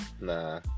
Nah